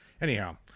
Anyhow